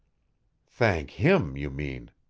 thank him, you mean,